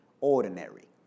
Ordinary